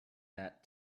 that